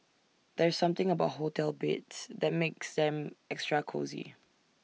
there's something about hotel beds that makes them extra cosy